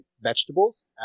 vegetables